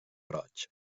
roig